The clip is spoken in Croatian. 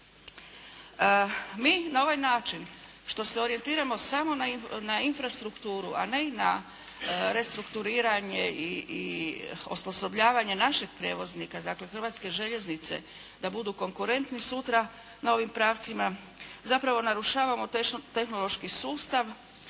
Mi na ovaj način, što se orijentiramo samo na infrastrukturu a ne i na restrukturiranje i osposobljavanje našeg prijevoznika, dakle, Hrvatske željeznice, da budu konkurentni sutra na ovim pravcima, zapravo narušavamo tehnološki sustav